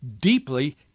deeply